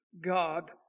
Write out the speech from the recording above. God